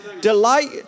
Delight